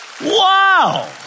Wow